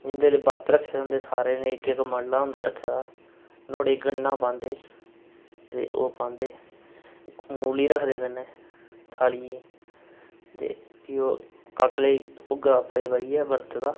भी उंदे बर्त होंदे रक्खे दे ते उंदा इक्क इक्क मंडला होंदा रक्खे दा नुहाड़े ई गन्ना पांदे ते ओह् पांदे मूली रखदे कन्नै थालियै ई ते भी ओह् काकलै ई भुग्गा पाई पाइयै बर्त दा